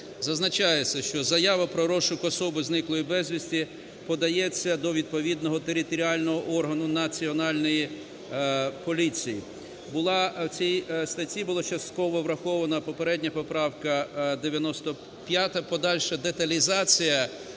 зазначається, що заява про розшук особи, зниклої безвісти, подається до відповідного територіального органу Національної поліції. В цій статті було частково врахована попередня поправка 95, подальша деталізація